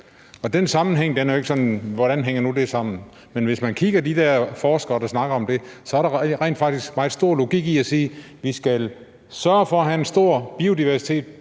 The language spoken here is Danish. Den sammenhæng er måske ikke helt klar, altså hvordan hænger det nu lige sammen? Men kigger man på, hvad de forskere siger, der snakker om det, så er der rent faktisk meget stor logik i at sige, at vi skal sørge for at have en stor biodiversitet